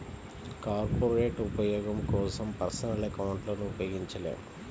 corporate ఉపయోగం కోసం personal అకౌంట్లను ఉపయోగించలేము